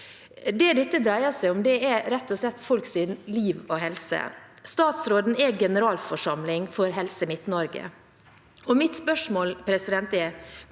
slett folks liv og helse. Statsråden er generalforsamling for Helse MidtNorge. Mitt spørsmål er: Hvor